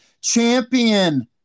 Champion